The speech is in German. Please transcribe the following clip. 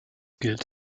gilt